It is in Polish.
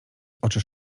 oczy